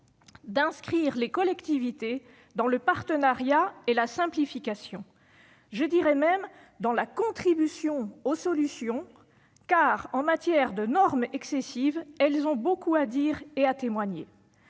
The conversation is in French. d'inscrire les collectivités dans le partenariat et la simplification. Je dirais même dans la contribution aux solutions, car, en matière de normes excessives, elles ont beaucoup à dire et à témoigner.